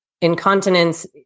incontinence